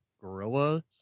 Gorillas